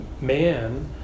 man